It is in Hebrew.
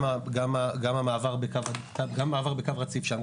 גם המעבר בקו רציף שם,